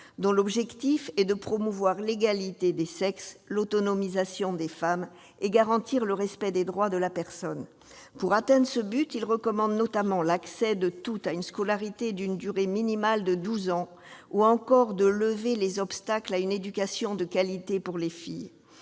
dans l'objectif de promouvoir l'égalité des sexes, l'autonomisation des femmes et de garantir le respect des droits de la personne. Pour atteindre ce but, ils recommandent notamment l'accès de toutes à une scolarité d'une durée minimale de douze années ou encore la levée des obstacles à une éducation de qualité pour les filles.